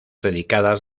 dedicadas